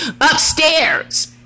upstairs